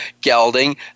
gelding